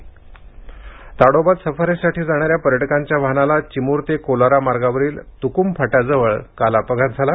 अपघात ताडोबात सफारीसाठी जाणाऱ्या पर्यटकांच्या वाहनाला चिमूर ते कोलारा मार्गावरील तुकूम फाट्याजवळ काल अपघात झाला